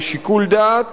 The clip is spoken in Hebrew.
בשיקול דעת